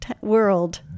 world